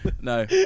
No